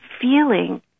feeling